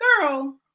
girl